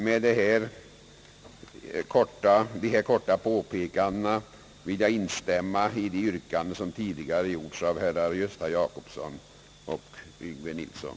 Med dessa korta påpekanden vill jag instämma i de yrkanden som tidigare framställts av herrar Gösta Jacobsson och Yngve Nilsson.